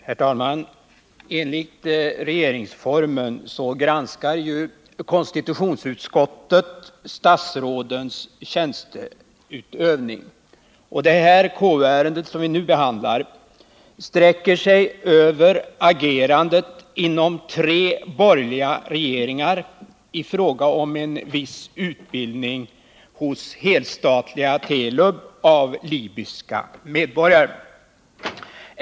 Herr talman! Enligt regeringsformen granskar konstitutionsutskottet statsrådens tjänsteutövning. Det KU-ärende som vi nu behandlar sträcker sig över agerandet inom tre borgerliga regeringar i fråga om viss utbildning hos helstatliga Telub av libyska medborgare.